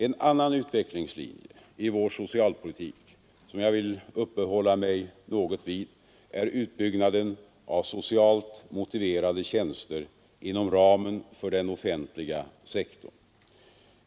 En annan utvecklingslinje i vår socialpolitik, som jag vill uppehålla mig något vid, är utbyggnaden av socialt motiverade tjänster inom ramen för den offentliga sektorn.